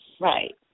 Right